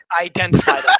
identify